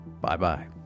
Bye-bye